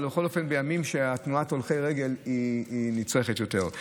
בכל אופן בימים שתנועת הולכי הרגל היא נצרכת יותר.